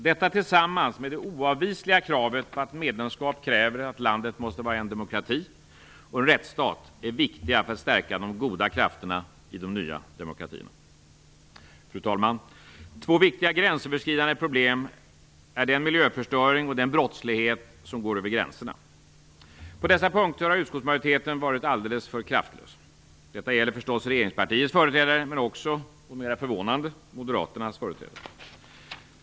Detta, tillsammans med det oavvisliga kravet på att medlemskap kräver att landet måste vara en demokrati och en rättsstat, är viktigt för att stärka de goda krafterna i de nya demokratierna. Fru talman! Två viktiga gränsöverskridande problem är den miljöförstöring och den brottslighet som går över gränserna. På dessa punkter har utskottsmajoriteten varit alldeles för kraftlös. Detta gäller förstås regeringspartiets företrädare men också - och mer förvånande - Moderaternas företrädare.